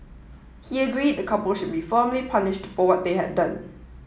he agreed the couple should be firmly punished for what they had done